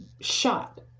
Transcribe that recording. shot